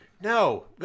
no